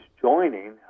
joining